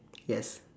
yes